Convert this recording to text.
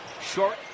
short